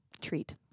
treat